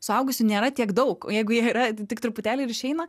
suaugusių nėra tiek daug o jeigu jie yra tik truputėlį ir išeina